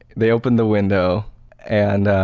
they opened the window and ah,